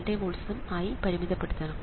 2 വോൾട്സ്ഉം ആയി പരിമിതപ്പെടുത്തണം